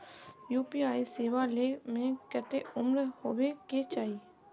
UPI सेवा ले में कते उम्र होबे के चाहिए?